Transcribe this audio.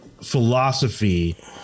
philosophy